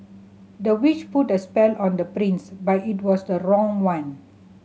the witch put a spell on the prince but it was the wrong one